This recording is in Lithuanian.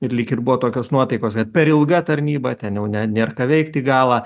ir lyg ir buvo tokios nuotaikos bet per ilga tarnyba ten ne nėr ką veikt į galą